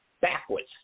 backwards